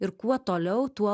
ir kuo toliau tuo